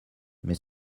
mais